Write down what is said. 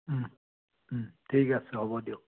ও ও ঠিক আছে হ'ব দিয়ক